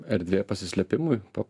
erdvė pasislėpimui po